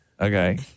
Okay